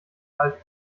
wald